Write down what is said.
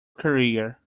career